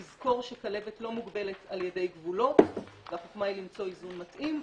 לזכור שכלבת לא מוגבלת על ידי גבולות והחוכמה למצוא איזון מתאים.